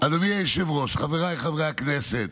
אדוני היושב-ראש, חבריי חברי הכנסת,